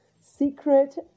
Secret